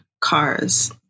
cars